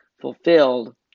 fulfilled